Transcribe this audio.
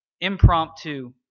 impromptu